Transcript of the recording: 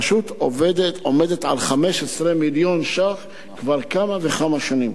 תקציב הרשות עומד על 15 מיליון ש"ח כבר כמה וכמה שנים.